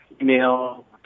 email